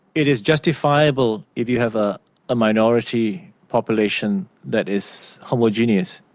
it is justifiable if you have a minority population that is homogenous.